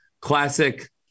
classic